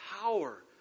power